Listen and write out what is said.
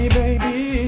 baby